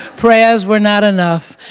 prayers were not enough.